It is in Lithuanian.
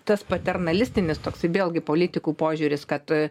tas paternalistinis toksai vėlgi politikų požiūris kad